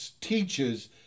teaches